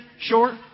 Short